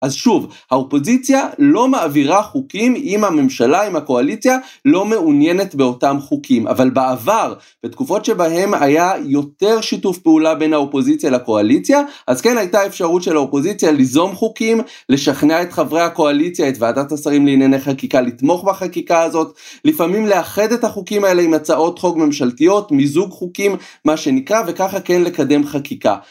אז שוב, האופוזיציה לא מעבירה חוקים אם הממשלה, אם הקואליציה, לא מעוניינת באותם חוקים. אבל בעבר, בתקופות שבהן היה יותר שיתוף פעולה בין האופוזיציה לקואליציה, אז כן הייתה אפשרות של האופוזיציה ליזום חוקים, לשכנע את חברי הקואליציה, את ועדת השרים לענייני חקיקה, לתמוך בחקיקה הזאת, לפעמים לאחד את החוקים האלה עם הצעות חוק ממשלתיות, מיזוג חוקים, מה שנקרא, וככה כן לקדם חקיקה.